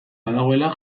badagoela